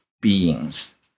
Beings